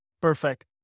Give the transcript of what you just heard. perfect